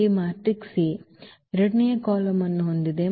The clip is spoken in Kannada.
ಯ ಎರಡನೇ ಕಾಲಮ್ ಅನ್ನು ಹೊಂದಿದೆ